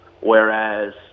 Whereas